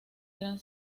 gran